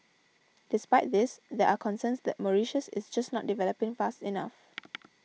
despite this there are concerns that Mauritius is just not developing fast enough